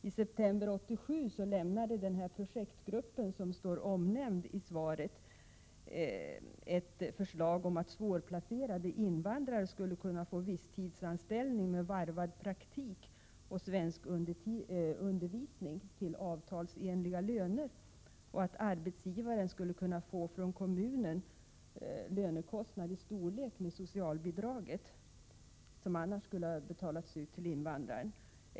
I september 1987 lämnade den projektgrupp som omnämns i svaret ett förslag om att svårplacerade invandrare skulle kunna få visstidsanställning med varvad praktik och svenskundervisning till avtalsenliga löner och att arbetsgivaren från kommunen skulle kunna få ett bidrag till lönekostnaden i samma storleksordning som det socialbidrag som annars skulle ha betalats ut till invandraren.